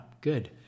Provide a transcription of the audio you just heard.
good